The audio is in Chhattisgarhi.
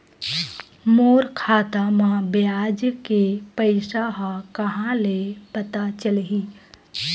मोर खाता म ब्याज के पईसा ह कहां ले पता चलही?